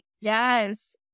Yes